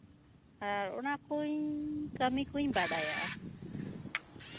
ᱟᱨ ᱚᱱᱟ ᱠᱩᱧ ᱠᱟᱹᱢᱤ ᱠᱩᱧ ᱵᱟᱲᱟᱭᱟ